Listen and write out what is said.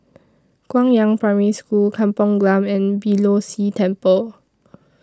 Guangyang Primary School Kampong Glam and Beeh Low See Temple